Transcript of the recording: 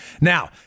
Now